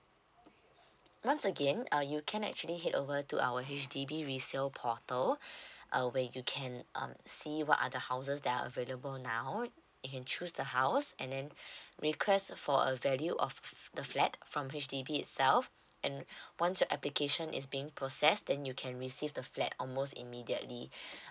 once again uh you can actually head over to our H_D_B resale portal uh where you can um see what other houses that are available now you can choose the house and then request for a value of the flat from H_D_B itself and once your application is being process then you can receive the flat almost immediately